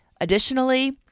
Additionally